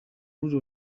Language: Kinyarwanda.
muri